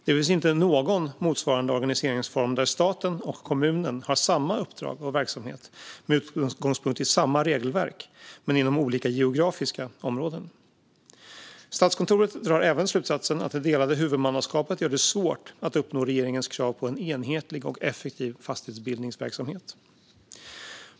Det finns inte någon motsvarande organiseringsform där staten och kommunen har samma uppdrag och verksamhet med utgångspunkt i samma regelverk men inom olika geografiska områden. Statskontoret drar även slutsatsen att det delade huvudmannaskapet gör det svårt att uppnå regeringens krav på en enhetlig och effektiv fastighetsbildningsverksamhet.